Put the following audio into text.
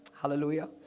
Hallelujah